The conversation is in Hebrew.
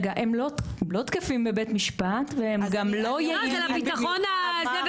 הם לא תקפים בבית משפט והם גם לא יעילים --- זה לביטחון של הנשים.